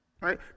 right